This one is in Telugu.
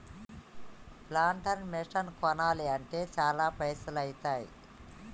ప్లాంటర్ మెషిన్ కొనాలి అంటే చాల పైసల్ ఐతాయ్